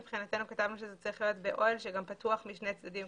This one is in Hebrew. מבחינתנו כתבנו שזה צריך להיות באוהל שגם פתוח משני צדדים.